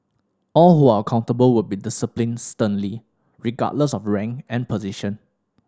all who are accountable will be disciplined sternly regardless of rank and position